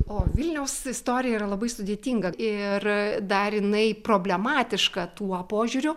o vilniaus istorija yra labai sudėtinga ir dar jinai problematiška tuo požiūriu